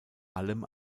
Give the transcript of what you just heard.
allem